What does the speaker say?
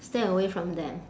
stay away from them